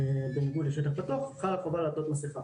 בניגוד לשטח פתוח, חלה חובה לעטות מסכה.